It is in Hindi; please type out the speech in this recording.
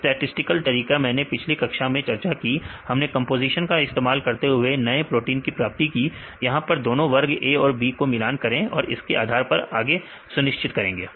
स्टैटिसटिकल तरीका मैंने पिछले कक्षा में चर्चा की है हमने कंपोजीशन का इस्तेमाल करते हुए नए प्रोटीन की प्राप्ति की यहां आप दोनों वर्ग A और B को मिलान करें और उसके आधार पर आगे सुनिश्चित करेंगे